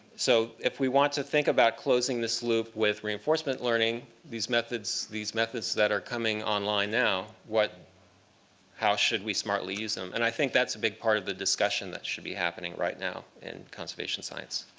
so if we want to think about closing this loop with reinforcement learning, these methods these methods that are coming online now, how should we smartly use them? and i think that's a big part of the discussion that should be happening right now in conservation science.